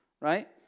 right